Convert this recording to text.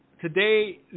today